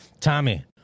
Tommy